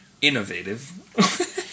innovative